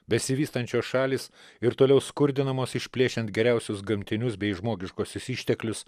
besivystančios šalys ir toliau skurdinamos išplėšiant geriausius gamtinius bei žmogiškuosius išteklius